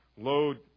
load